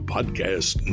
Podcast